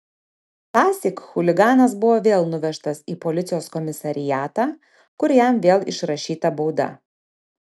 tąsyk chuliganas buvo vėl nuvežtas į policijos komisariatą kur jam vėl išrašyta bauda